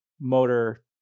motor